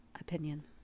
opinion